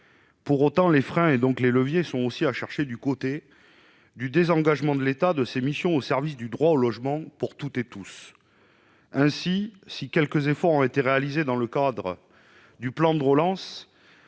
... Mais les freins, et donc les leviers, sont plutôt à chercher du côté du désengagement de l'État de l'exercice de ses missions au service du droit au logement pour toutes et tous. Ainsi, si quelques efforts ont été réalisés dans le cadre du plan de relance